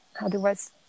Otherwise